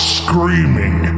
screaming